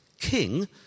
King